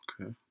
Okay